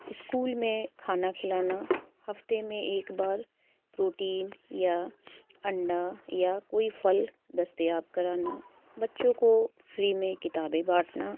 school میں کھانا کھلانا ہفتے میں ایک بار پروٹین یا انڈا یا کوئی پھل دستیاب کرانا بچوں کو فری میں کتابیں بانٹنا